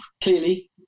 clearly